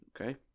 okay